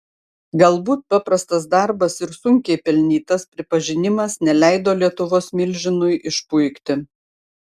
galbūt paprastas darbas ir sunkiai pelnytas pripažinimas neleido lietuvos milžinui išpuikti